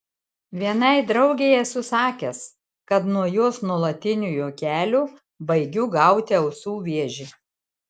vienai draugei esu sakęs kad nuo jos nuolatinių juokelių baigiu gauti ausų vėžį